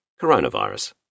coronavirus